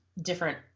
different